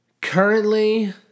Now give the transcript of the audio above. Currently